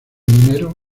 minero